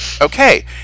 okay